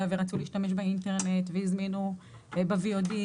ורצו להשתמש באינטרנט והזמינו ב-VOD.